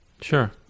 sure